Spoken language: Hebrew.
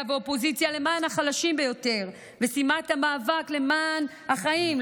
לאופוזיציה למען החלשים ביותר ושימת המאבק למען החיים,